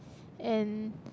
and